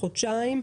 חודשיים,